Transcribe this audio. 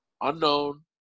Unknown